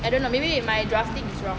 I don't know maybe is my drafting is wrong